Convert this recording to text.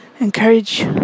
encourage